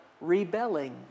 rebelling